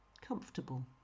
comfortable